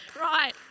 Right